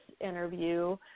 interview